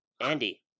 Andy